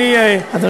אדוני עבר.